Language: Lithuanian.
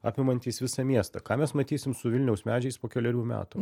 apimantys visą miestą ką mes matysim su vilniaus medžiais po kelerių metų